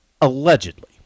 allegedly